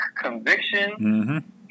conviction